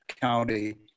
county